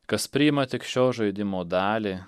kas priima tik šio žaidimo dalį